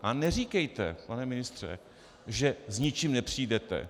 A neříkejte, pane ministře, že s ničím nepřijdete.